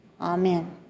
Amen